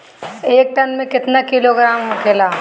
एक टन मे केतना किलोग्राम होखेला?